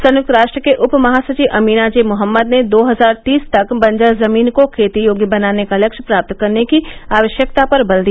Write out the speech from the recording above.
संयुक्त राष्ट्र के उप महासचिव अमीना जे मोहम्मद ने दो हजार तीस तक बंजर जमीन को खेती योग्य बनाने का लक्ष्य प्राप्त करने की आवश्यकता पर बल दिया